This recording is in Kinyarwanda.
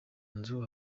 nzu